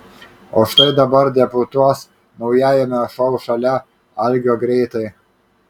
o štai dabar debiutuos naujajame šou šalia algio greitai